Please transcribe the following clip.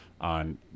on